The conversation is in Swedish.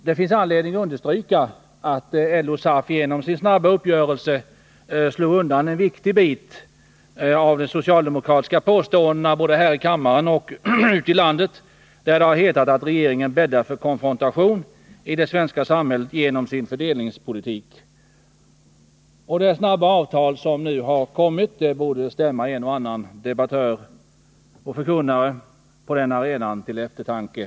Det finns däremot anledning understryka att LO och SAF genom sin snabba uppgörelse slog undan en viktig bit av de socialdemokratiska påståendena både här i kammaren och ute i landet, där det har hetat att regeringen bäddar för konfrontation i det svenska samhället genom sin fördelningspolitik. Det snabba avtal som nu har träffats borde stämma en och annan debattör och förkunnare på den arenan till eftertanke.